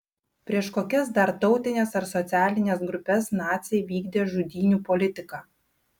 prieš kokias dar tautines ar socialines grupes naciai vykdė žudynių politiką